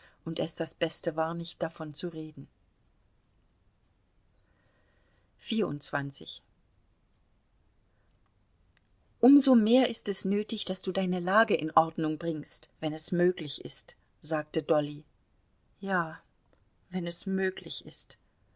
und es das beste war nicht davon zu reden fußnoten frz im grunde ist sie die verkommenste frau die es gibt um so mehr ist es nötig daß du deine lage in ordnung bringst wenn es möglich ist sagte dolly ja wenn es möglich ist